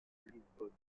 lisbonne